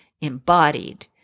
embodied